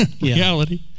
reality